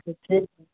ठीक